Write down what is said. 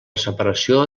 separació